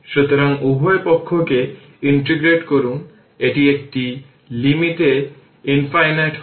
সুতরাং উভয় পক্ষকে ইন্টিগ্রেট করুন এটি কিছু লিমিট এ ইনফাইনাইট হবে